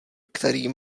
který